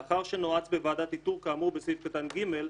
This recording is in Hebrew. לאחר שנועץ בוועדת איתור כאמור בסעיף (ג),